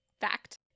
fact